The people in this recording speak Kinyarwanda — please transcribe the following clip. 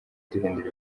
duhindura